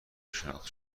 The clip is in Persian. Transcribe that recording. شناخته